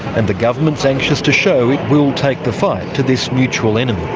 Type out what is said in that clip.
and the government is anxious to show it will take the fight to this mutual enemy.